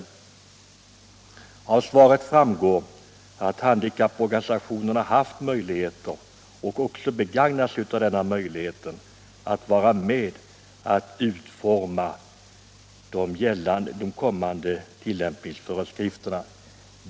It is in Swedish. Av svaret framgår att handikapporganisationerna haft möjligheter och också begagnat sig av de möjligheterna att vara med och utforma de kommande tillämpningsföreskrifterna.